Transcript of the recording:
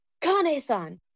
Kane-san